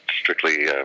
strictly